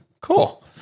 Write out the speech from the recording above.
Cool